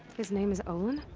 his name is olin?